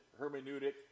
hermeneutic